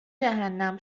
جهنم